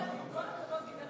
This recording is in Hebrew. עם כל הכבוד,